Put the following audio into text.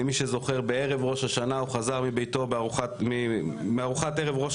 למי שזוכר בערב ראש השנה הוא חזר מארוחת ערב ראש